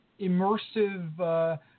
immersive